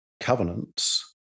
covenants